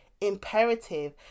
imperative